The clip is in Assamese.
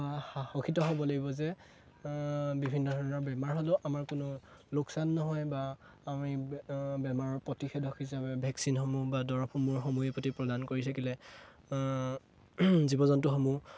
বা সাহসিত হ'ব লাগিব যে বিভিন্ন ধৰণৰ বেমাৰ হ'লেও আমাৰ কোনো লোকচান নহয় বা আমি বেমাৰৰ প্ৰতিষেধক হিচাপে ভেকচিনসমূহ বা দৰৱসমূহ সময়ে প্ৰতি প্ৰদান কৰি থাকিলে জীৱ জন্তুসমূহ